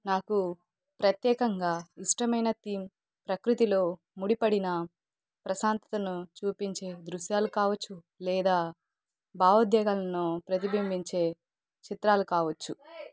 నాకు ప్రత్యేకంగా ఇష్టమైన థీమ్ ప్రకృతిలో ముడిపడిన ప్రశాంతతను చూపించే దృశ్యాలు కావచ్చు లేదా భావోద్వేగాలను ప్రతిబింబించే చిత్రాలు కావచ్చు